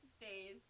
days